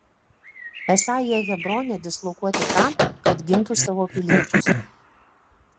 esą jie hebrone dislokuoti tam kad gintų savo piliečius